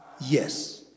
Yes